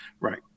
right